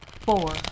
four